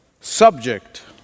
subject